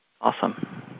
Awesome